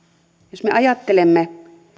jos me ajattelemme sitä että